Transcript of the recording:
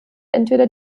entweder